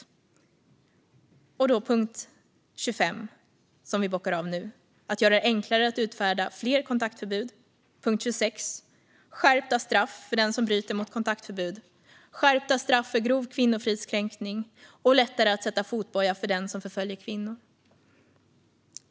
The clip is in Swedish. Vi bockar nu av punkt 25 om att göra det enklare att utfärda fler kontaktförbud och punkt 26 om skärpta straff för den som bryter mot kontaktförbud. Det ska bli skärpta straff för grov kvinnofridskränkning och lättare att sätta fotboja på den som förföljer kvinnor.